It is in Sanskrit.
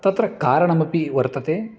तत्र कारणमपि वर्तते